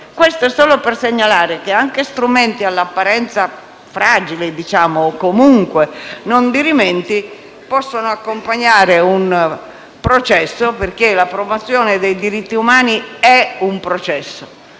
Questo per segnalare che anche strumenti all'apparenza fragili o comunque non dirimenti, possono accompagnare un processo; ricordo infatti che la promozione dei diritti umani è un processo,